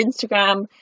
Instagram